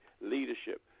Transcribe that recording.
leadership